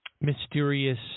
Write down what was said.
mysterious